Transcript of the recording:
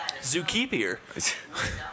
Zookeeper